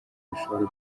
bishobora